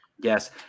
Yes